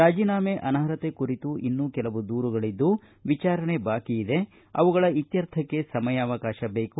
ರಾಜೀನಾಮೆ ಅನರ್ಹತೆ ಕುರಿತು ಇನ್ನೂ ಕೆಲವು ದೂರುಗಳ ಕುರಿತು ವಿಚಾರಣೆ ಬಾಕಿ ಇದ್ದು ಅವುಗಳ ಇತ್ತರ್ಥಕ್ಕೆ ಸಮಯಾವಕಾಶ ಬೇಕು